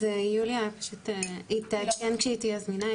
יוליה תעדכן כשהיא תהיה זמינה,